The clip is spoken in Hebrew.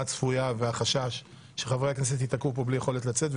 הצפויה וחשש שחברי כנסת ייתקעו פה בלי יכולת לצאת.